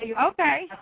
Okay